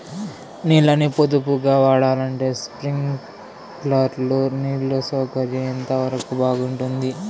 నీళ్ళ ని పొదుపుగా వాడాలంటే స్ప్రింక్లర్లు నీళ్లు సౌకర్యం ఎంతవరకు బాగుంటుంది?